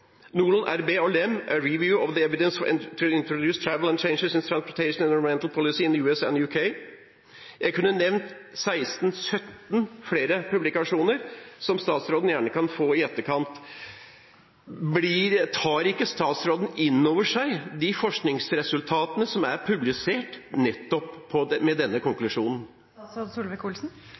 Lem: A review of the evidence for induced travel and changes in transportation and environmental policy in the US and the UK. Jeg kunne nevnt mange flere publikasjoner, som statsråden gjerne kan få i etterkant. Tar ikke statsråden inn over seg de forskningsresultatene som er publisert med nettopp